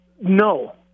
No